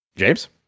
james